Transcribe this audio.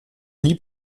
nie